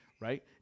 right